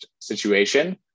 situation